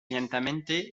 lentamente